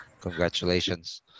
congratulations